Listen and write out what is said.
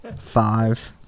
Five